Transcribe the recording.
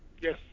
Yes